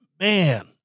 man